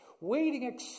waiting